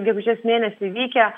gegužės mėnesį vykę